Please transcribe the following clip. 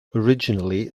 originally